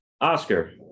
oscar